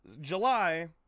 July